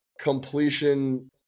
completion